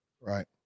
right